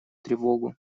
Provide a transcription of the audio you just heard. тревогу